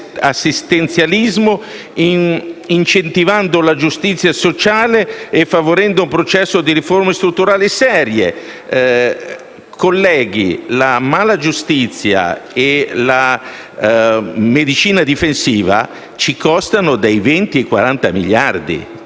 assistenzialismo, incentivando la giustizia sociale e favorendo un processo di riforme strutturali serie. Colleghi, la malagiustizia e la medicina difensiva ci costano dai 20 ai 40 miliardi,